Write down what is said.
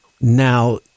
Now